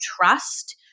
trust